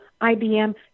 IBM